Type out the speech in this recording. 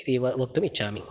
इत्येव वक्तुमिच्छामि